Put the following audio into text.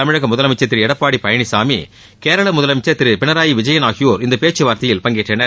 தமிழக முதலனமச்சர் திரு எடப்பாடி பழனிசாமி கேரள முதலனமச்சர் திரு பினராயி விஜயன் ஆகியோர் இந்த பேச்சுவார்த்தையில் பங்கேற்றனர்